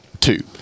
two